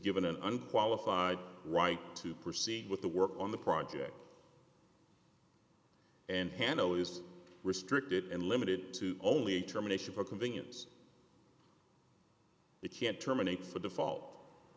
given an unqualified right to proceed with the work on the project and hanno is restricted and limited to only terminations for convenience it can't terminate for the fa